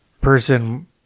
person